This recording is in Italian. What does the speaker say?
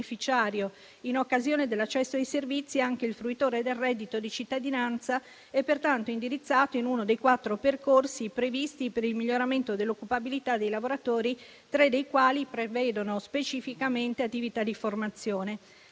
in occasione dell'accesso ai servizi, anche il fruitore del reddito di cittadinanza è pertanto indirizzato in uno dei quattro percorsi previsti per il miglioramento dell'occupabilità dei lavoratori, tre dei quali prevedono specificamente attività di formazione.